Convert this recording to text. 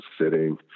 sitting